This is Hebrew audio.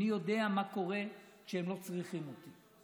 אני יודע מה קורה כשהם לא צריכים אותי.